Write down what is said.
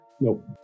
Nope